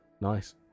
Nice